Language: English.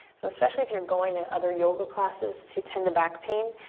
so especially if you're going to other yoga classes to tend to back pain,